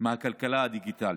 מהכלכלה הדיגיטלית.